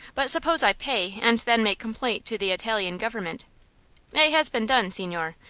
but suppose i pay, and then make complaint to the italian government? it has been done, signore.